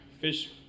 fish